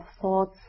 thoughts